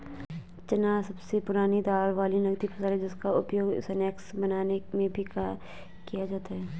चना सबसे पुरानी दाल वाली नगदी फसल है जिसका उपयोग स्नैक्स बनाने में भी किया जाता है